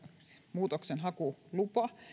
muutoksenhakulupa